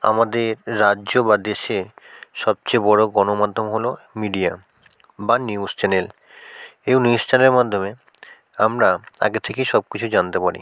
আমাদের রাজ্য বা দেশে সবচেয়ে বড়ো গণমাধ্যম হলো মিডিয়া বা নিউস চ্যানেল এই নিউস চ্যানেলের মাধ্যমে আমরা আগে থেকেই সব কিছু জানতে পারি